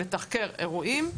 לתחקר אירועים,